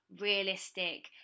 realistic